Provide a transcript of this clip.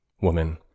Woman